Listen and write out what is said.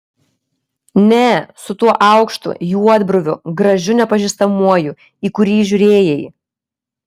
ne su tuo aukštu juodbruviu gražiu nepažįstamuoju į kurį žiūrėjai